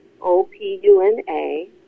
O-P-U-N-A